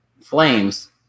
flames